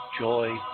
joy